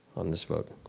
on this vote.